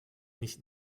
nicht